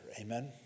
Amen